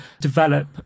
develop